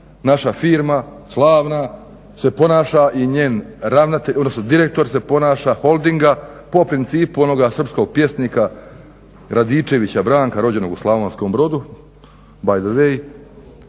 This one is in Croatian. naša firma slavna se ponaša i njen direktor se ponaša Holdinga po principu onog srpskog pjesnika Radičevića Branka rođenog u Slavonskom Brodu btw.